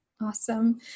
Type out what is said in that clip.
Awesome